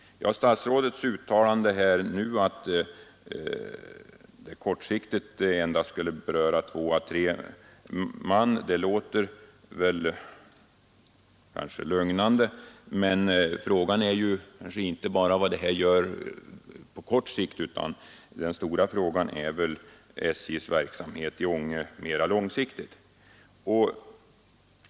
Statsrådets uttalande nu att kortsiktigt endast två å tre man skulle beröras låter kanske lugnande, men det gäller här inte bara konsekvenserna på kort sikt utan den stora frågan avser väl SJ:s verksamhet i Ånge på mera lång sikt.